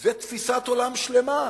זו תפיסת עולם שלמה: